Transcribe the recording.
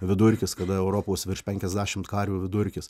vidurkis kada europos virš penkiasdešimt karvių vidurkis